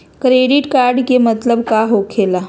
Credit card के मतलब का होकेला?